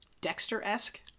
Dexter-esque